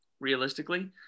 realistically